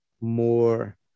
more